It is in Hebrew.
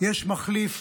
יש מחליף.